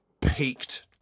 peaked